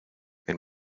and